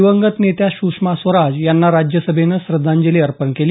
दिवंगत नेत्या सुषमा स्वराज यांना राज्यसभेनं श्रद्धांजली अर्पण केली